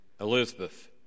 Elizabeth